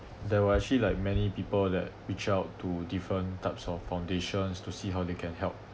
there were actually like many people that reach out to different types of foundations to see how they can help